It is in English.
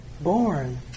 born